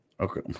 Okay